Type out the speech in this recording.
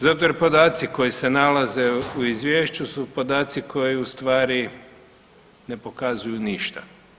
Zato jer podaci koji se nalaze u Izvješću su podaci koji ustvari ne pokazuju ništa.